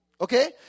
Okay